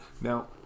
Now